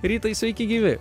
rytai sveiki gyvi